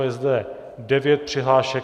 Je zde devět přihlášek.